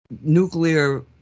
nuclear